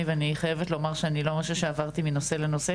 ואני חייבת לומר שאני לא מרגישה שעברתי מנושא לנושא,